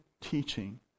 teaching